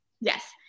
Yes